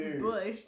Bush